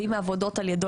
ועם העבודות נדחו על ידו,